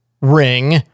ring